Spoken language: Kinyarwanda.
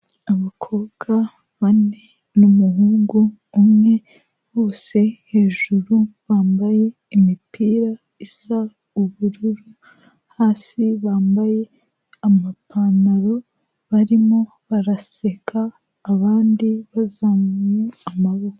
Abakobwa bane n'umuhungu umwe, bose hejuru bambaye imipira isa ubururu, hasi bambaye amapantaro barimo baraseka abandi bazamuye amaboko.